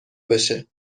بشه